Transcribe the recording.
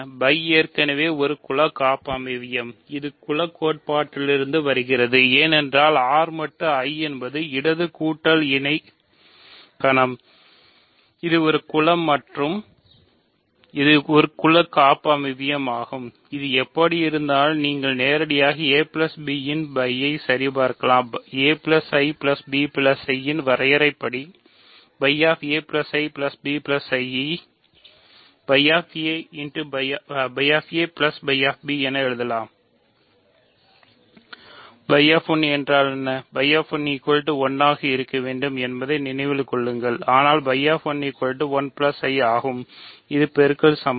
φ 1 I ஆகும் இது பெருக்கல் சமணி